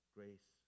grace